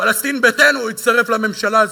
פלסטין ביתנו הצטרפה לממשלה הזאת.